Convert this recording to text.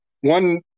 one